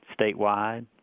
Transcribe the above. statewide